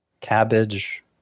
Cabbage